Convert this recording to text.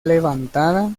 levantada